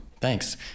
Thanks